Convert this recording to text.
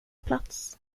plats